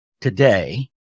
today